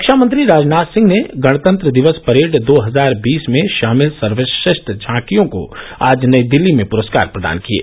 रक्षामंत्री राजनाथ सिंह ने गणतंत्र दिवस परेड दो हजार बीस में शामिल सर्वश्रेष्ठ झांकियों को आज नई दिल्ली में पुरस्कार प्रदान किये